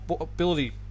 ability